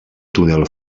túnel